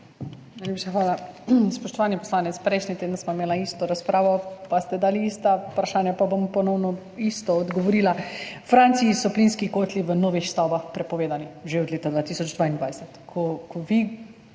hvala. Spoštovani poslanec, prejšnji teden sva imela enako razpravo in ste dali enaka vprašanja, pa bom ponovno enako odgovorila. V Franciji so plinski kotli v novih stavbah prepovedani že od leta 2022. Fer bi